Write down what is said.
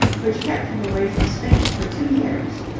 which kept him away from spain for two years.